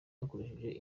dukoresheje